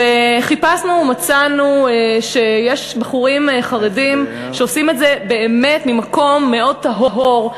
וחיפשנו ומצאנו שיש בחורים חרדים שעושים את זה באמת ממקום מאוד טהור,